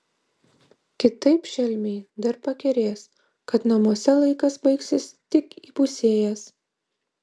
kitaip šelmiai dar pakerės kad namuose laikas baigsis tik įpusėjęs